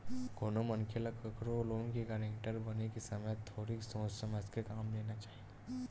कोनो मनखे ल कखरो लोन के गारेंटर बने के समे थोरिक सोच समझ के काम लेना चाही